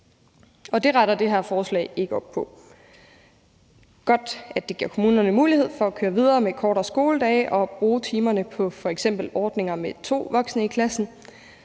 det retter det her forslag ikke op på. Godt, at det gav kommunerne mulighed for at køre videre med kortere skoledage og bruge timerne på f.eks. ordninger med to voksne i klassen,